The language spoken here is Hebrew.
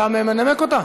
אתה מנמק אותה?